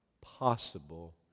possible